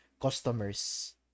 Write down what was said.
customers